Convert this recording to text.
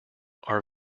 are